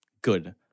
Good